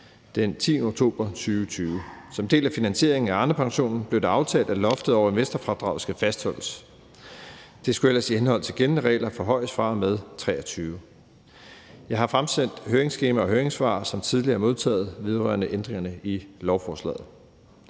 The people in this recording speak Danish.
den 10. oktober 2020. Som en del af finansieringen af Arnepensionen blev det aftalt, at loftet over investorfradraget skal fastholdes. Det skulle ellers i henhold til gældende regler forhøjes fra og med 2023. Jeg har fremsendt høringsskema og høringssvar, som tidligere er modtaget, vedrørende ændringerne i lovforslaget.